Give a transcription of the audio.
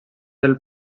del